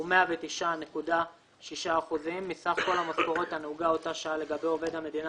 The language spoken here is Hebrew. הוא 109.6% מסך כל המשכורת הנהוגה אותה שעה לגבי עובד המדינה